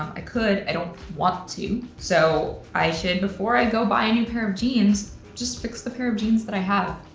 i could. i don't want to. so i should before i go buy a new pair of jeans, just fix the pair of that i have,